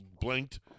blinked